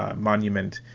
ah monument.